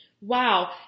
wow